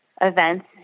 events